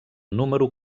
número